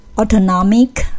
autonomic